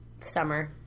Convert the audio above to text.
Summer